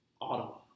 Ottawa